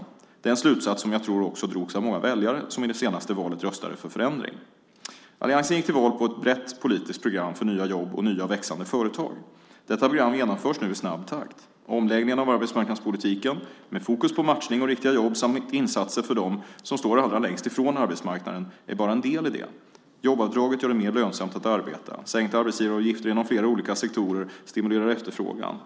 Det är en slutsats som jag tror också drogs av många väljare som i det senaste valet röstade för förändring. Alliansen gick till val på ett brett politiskt program för nya jobb och nya och växande företag. Detta program genomförs nu i snabb takt. Omläggningen av arbetsmarknadspolitiken, med fokus på matchning och riktiga jobb samt insatser för dem som står allra längst från arbetsmarknaden, är bara en del i det. Jobbavdraget gör det mer lönsamt att arbeta. Sänkta arbetsgivaravgifter inom flera olika sektorer stimulerar efterfrågan.